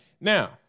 Now